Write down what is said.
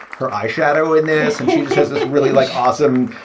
her eye shadow. and this and this isn't really, like, awesome.